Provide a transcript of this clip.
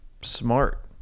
smart